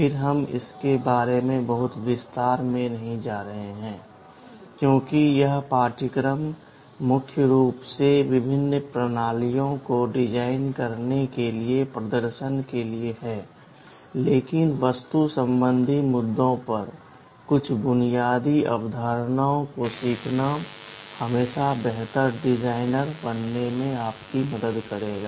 फिर हम इसके बारे में बहुत विस्तार में नहीं जा रहे हैं क्योंकि यह पाठ्यक्रम मुख्य रूप से विभिन्न प्रणालियों को डिजाइन करने के लिए प्रदर्शन के लिए है लेकिन वास्तु संबंधी मुद्दों पर कुछ बुनियादी अवधारणाओं को सीखना हमेशा बेहतर डिजाइनर बनने में आपकी मदद करेगा